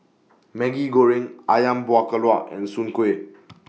Maggi Goreng Ayam Buah Keluak and Soon Kuih